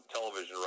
television